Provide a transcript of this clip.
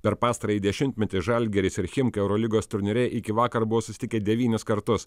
per pastarąjį dešimtmetį žalgiris ir chimki eurolygos turnyre iki vakar buvo susitikę devynis kartus